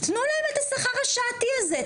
תנו להם את השכר השעתי הזה,